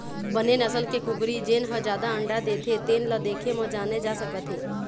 बने नसल के कुकरी जेन ह जादा अंडा देथे तेन ल देखे म जाने जा सकत हे